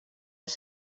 els